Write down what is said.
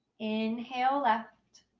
inhale left.